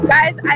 Guys